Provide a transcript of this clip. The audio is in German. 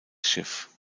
schiff